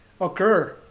occur